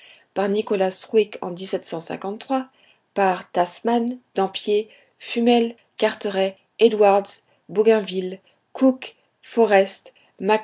par nicolas sruick en par tasman dampier fumel carteret edwards bougainville cook forrest